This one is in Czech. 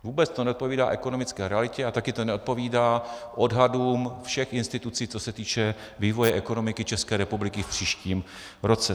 Vůbec to neodpovídá ekonomické realitě a taky to neodpovídá odhadům všech institucí, co se týče vývoje ekonomiky České republiky v příštím roce.